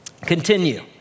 Continue